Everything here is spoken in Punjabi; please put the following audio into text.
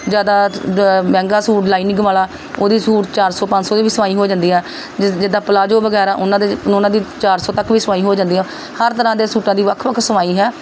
ਜ਼ਿਆਦਾ ਜ ਮਹਿੰਗਾ ਸੂਟ ਲਾਈਨਿੰਗ ਵਾਲਾ ਉਹਦੀ ਸੂਟ ਚਾਰ ਸੌ ਪੰਜ ਸੌ ਦੀ ਵੀ ਸਵਾਈ ਹੋ ਜਾਂਦੀ ਆ ਜਿ ਜਿੱਦਾਂ ਪਲਾਜੋ ਵਗੈਰਾ ਉਹਨਾਂ ਦੇ ਉਹਨਾਂ ਦੀ ਚਾਰ ਸੌ ਤੱਕ ਵੀ ਸਵਾਈ ਹੋ ਜਾਂਦੀ ਆ ਹਰ ਤਰ੍ਹਾਂ ਦੇ ਸੂਟਾਂ ਦੀ ਵੱਖ ਵੱਖ ਸਵਾਈ ਹੈ